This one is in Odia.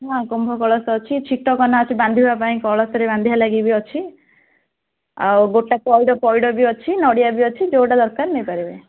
ହଁ କୁମ୍ଭ କଳସ ଅଛି ଛିଟ କନା ଅଛି ବାନ୍ଧିବା ପାଇଁ କଳସରେ ବାନ୍ଧିବା ଲାଗି ବି ଅଛି ଆଉ ଗୋଟା ପଇଡ଼ ପଇଡ଼ ବି ଅଛି ନଡ଼ିଆ ବି ଅଛି ଯେଉଁଟା ଦରକାର ନେଇପାରିବେ